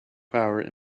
power